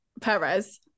Perez